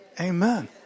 Amen